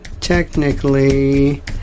technically